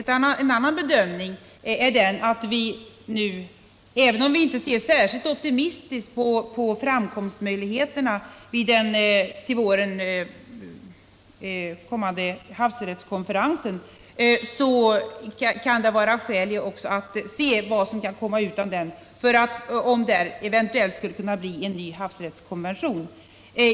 Även om vi inte ser särskilt optimistiskt på möjligheterna till framgång vid den havsrättskonferens som skall hållas i vår, har vi ändå bedömt det så, att det finns skäl att se vad som kan komma ut av den —- om det eventuellt blir en ny havsrättskonvention.